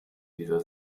dieser